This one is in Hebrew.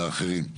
לאחרים.